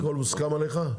הכל מוסכם עליך?